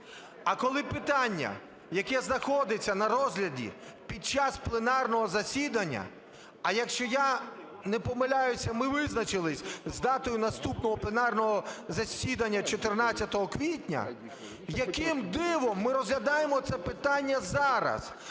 А коли питання, яке знаходиться на розгляді під час пленарного засідання, а якщо я не помиляюся, ми визначилися з датою наступного пленарного засідання - 14 квітня, яким дивом ми розглядаємо це питання зараз,